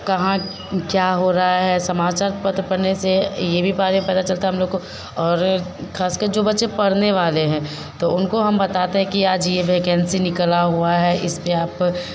कहाँ क्या हो रहा है समाचार पत्र पढ़ने से यह भी पता चलता है हम लोग को और ख़ासकर जो बच्चे पढ़ने वाले हैं तो उनको हम बताते हैं कि आज यह वैकेन्सी निकला हुआ है इसपर आप